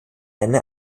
eine